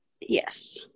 Yes